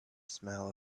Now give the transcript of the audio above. smell